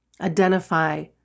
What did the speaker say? Identify